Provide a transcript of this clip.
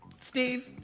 Steve